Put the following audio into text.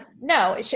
no